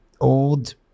old